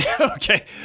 Okay